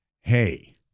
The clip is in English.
hey